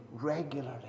regularly